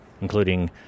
including